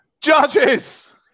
Judges